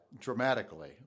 dramatically